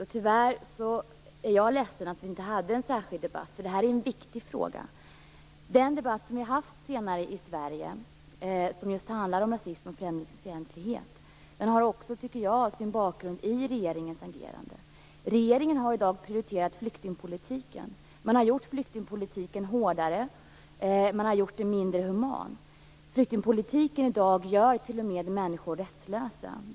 Jag är ledsen för att det inte blev en särskild debatt, därför att detta är en viktig fråga. Den debatt som har förts i Sverige om rasism och främlingsfientlighet har sin bakgrund i regeringens agerande. Regeringen har prioriterat flyktingpolitiken. Man har gjort flyktingpolitiken hårdare och mindre human, och den gör t.o.m. människor rättslösa.